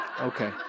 Okay